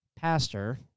pastor